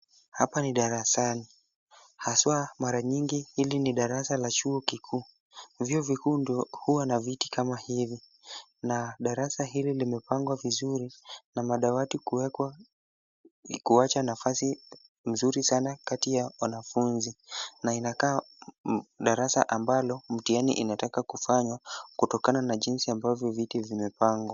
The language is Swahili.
Hapa ni darasani. Haswa mara nyingi hili ni darasa la chuo kikuu. Vyuo vikuu ndio huwa na viti kama hivi na darasa hili limepangwa vizuri na madawati kuwekwa kuacha nafasi nzuri sana kati ya wanafunzi i na inakaa darasa ambalo mtihani inataka kufanywa kutokana na jinsi ambapo viti imepangwa.